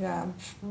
ya